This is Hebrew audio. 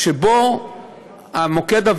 שבו המוקד,